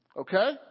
okay